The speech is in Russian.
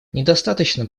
недостаточно